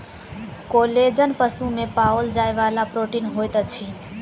collagen पशु में पाओल जाइ वाला प्रोटीन होइत अछि